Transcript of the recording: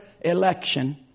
election